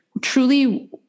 truly